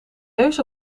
neus